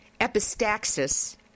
epistaxis